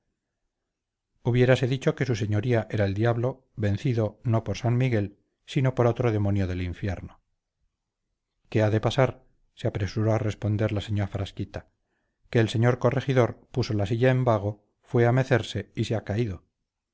hubiérase dicho que su señoría era el diablo vencido no por san miguel sino por otro demonio del infierno qué ha de pasar se apresuró a responder la señá frasquita que el señor corregidor puso la silla en vago fue a mecerse y se ha caído